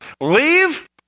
leave